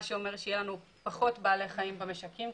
מה שאומר שיהיו לנו פחות בעלי חיים במשקים,